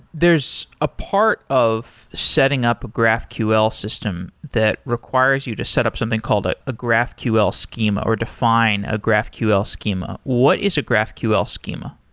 there's a part of setting up a graphql system that requires you to set up something called a a graphql schema, or define a graphql schema. what is a graphql schema?